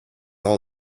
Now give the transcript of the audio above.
all